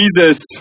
Jesus